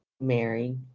Mary